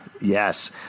Yes